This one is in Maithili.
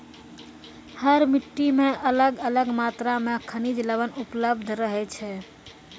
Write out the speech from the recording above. हर मिट्टी मॅ अलग अलग मात्रा मॅ खनिज लवण उपलब्ध रहै छै